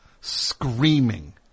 screaming